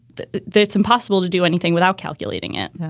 that's impossible to do anything without calculating it